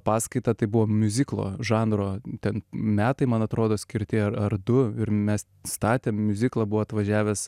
paskaitą tai buvo miuziklo žanro ten metai man atrodo skirti ar ar du ir mes statėm miuziklą buvo atvažiavęs